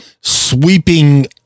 sweeping